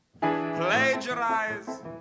Plagiarize